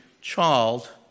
child